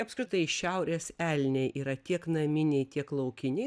apskritai šiaurės elniai yra tiek naminiai tiek laukininkai